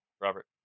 Robert